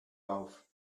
auf